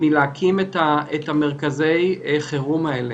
לפי המשוב מרימים דגלים אדומים ומתריעים למטפלים.